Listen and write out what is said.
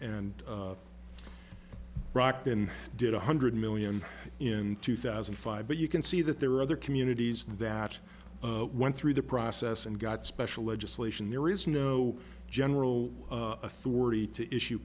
and brockton did one hundred million in two thousand and five but you can see that there were other communities that went through the process and got special legislation there is no general authority to issue